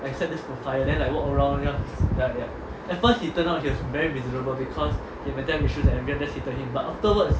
I set this on fire then like walk around at first he turned out he was very miserable because he had mental health issues and everyone else just hated him but afterwards